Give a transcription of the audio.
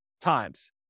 times